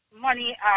money